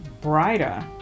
brighter